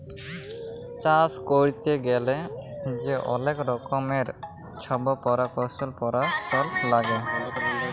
চাষ ক্যইরতে গ্যালে যে অলেক রকমের ছব পরকৌশলি পরাশলা লাগে